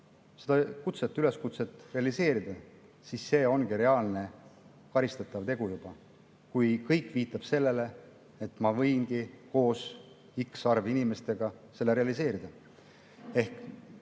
plaan seda üleskutset realiseerida, siis see ongi reaalne karistatav tegu, kui kõik viitab sellele, et ma võingi koos x arvu inimestega selle realiseerida.